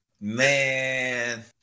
Man